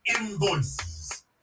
invoices